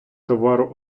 товару